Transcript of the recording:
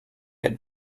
had